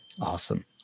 Awesome